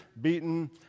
beaten